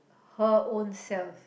her own self